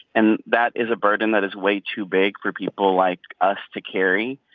and that is a burden that is way too big for people like us to carry.